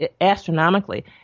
astronomically